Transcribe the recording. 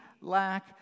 lack